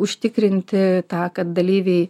užtikrinti tą kad dalyviai